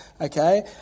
okay